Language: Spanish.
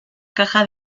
caja